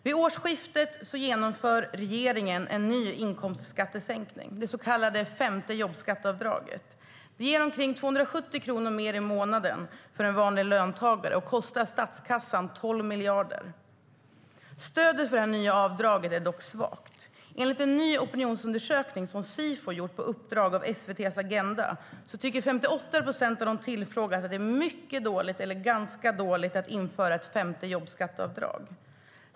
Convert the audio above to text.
Vid årsskiftet genomför regeringen en ny inkomstskattesänkning, det så kallade femte jobbskatteavdraget. Det ger omkring 270 kronor mer i månaden för en vanlig löntagare och kostar statskassan 12 miljarder. Stödet för det nya avdraget är dock svagt - enligt en ny opinionsundersökning som Sifo gjort på uppdrag av SVT:s Agenda tycker 58 procent av de tillfrågade att det är mycket dåligt eller ganska dåligt att införa ett femte jobbskatteavdrag.